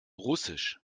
russisch